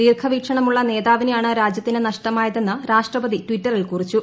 ദീർഘവീക്ഷണമുള്ള നേതാവിനെയാണ് രാജ്യത്തിന് നഷ്ടമായതെന്ന് രാഷ്ട്രപതി ടിറ്ററിൽ കുറിച്ചു